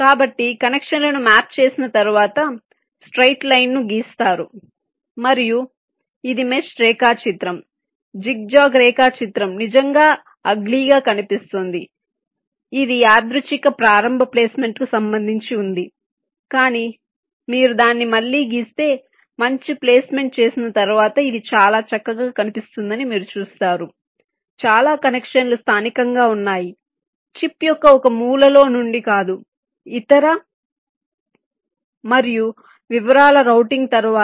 కాబట్టి కనెక్షన్లను మ్యాప్ చేసిన తర్వాత స్ట్రెయిట్ లైన్ ను గీసారు మరియు ఇది మెష్ రేఖాచిత్రం జిగ్జాగ్ రేఖాచిత్రం నిజంగా అగ్లీగా కనిపిస్తుంది ఇది యాదృచ్ఛిక ప్రారంభ ప్లేస్మెంట్కు సంబంధించి ఉంది కానీ మీరు దాన్ని మళ్లీ గీస్తే మంచి ప్లేస్మెంట్ చేసిన తర్వాత ఇది చాలా చక్కగా కనిపిస్తుందని మీరు చూస్తారు చాలా కనెక్షన్లు స్థానికంగా ఉన్నాయి చిప్ యొక్క ఒక మూలలో నుండి కాదు ఇతర మరియు వివరాలు రౌటింగ్ తరువాత